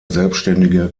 selbständige